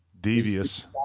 devious